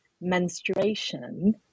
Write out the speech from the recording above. menstruation